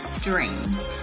dreams